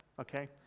okay